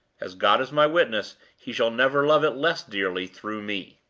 as god is my witness, he shall never love it less dearly through me!